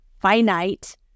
finite